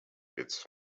its